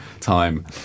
time